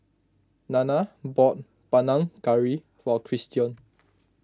Nana bought Panang Curry for Christion